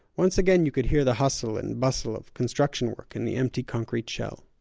once again you could hear the hustle and bustle of construction work in the empty concrete shell.